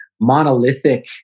monolithic